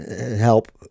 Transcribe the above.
help